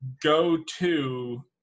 go-to